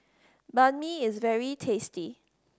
Banh Mi is very tasty